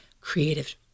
creative